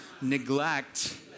neglect